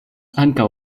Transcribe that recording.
ankaŭ